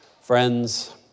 Friends